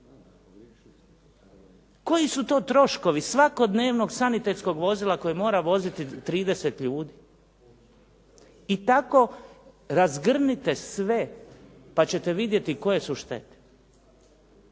Koji su to troškovi svakodnevnog sanitetskog vozila koje mora voziti 30 ljudi. I tako razgrnite sve, pa ćete vidjeti koje su štete.